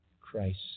Christ